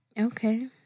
Okay